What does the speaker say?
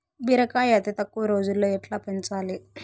బీరకాయ అతి తక్కువ రోజుల్లో ఎట్లా పెంచాలి?